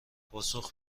پاسخ